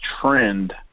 trend